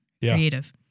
Creative